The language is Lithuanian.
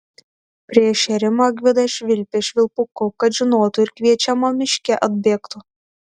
prieš šėrimą gvidas švilpė švilpuku kad žinotų ir kviečiama miške atbėgtų